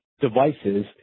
devices